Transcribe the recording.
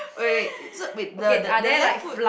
oh wait wait it so with the the the left foot